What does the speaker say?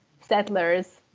settlers